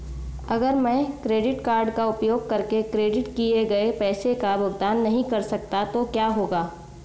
अगर मैं credit card का उपयोग करके क्रेडिट किए गए पैसे का भुगतान नहीं कर सकता तो क्या होगा?